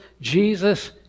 Jesus